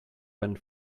went